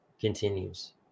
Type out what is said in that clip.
continues